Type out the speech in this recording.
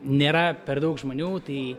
nėra per daug žmonių tai